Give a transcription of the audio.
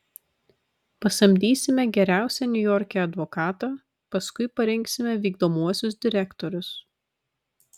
pasamdysime geriausią niujorke advokatą paskui parinksime vykdomuosius direktorius